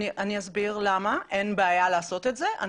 אני אסביר למה אין בעיה לעשות את זה.